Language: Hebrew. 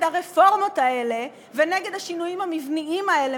הרפורמות האלה ונגד השינויים המבניים האלה,